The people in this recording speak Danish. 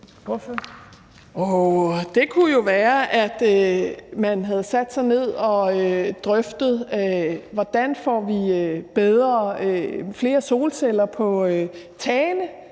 Det kunne jo være, at man havde sat sig ned og drøftet, hvordan vi får flere solceller på tagene,